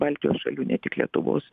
baltijos šalių ne tik lietuvos